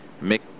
make